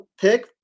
pick